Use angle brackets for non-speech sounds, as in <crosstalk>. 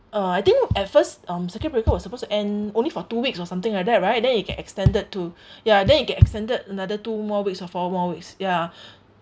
uh I think at first um circuit breaker was supposed to end only for two weeks or something like that right then it get extended to ya then it get extended another two more weeks or four more weeks ya <breath>